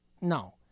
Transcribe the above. No